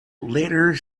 later